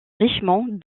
richement